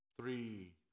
three